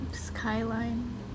Skyline